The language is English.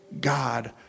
God